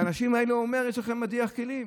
לאנשים האלה הוא אומר: יש לכם מדיח כלים.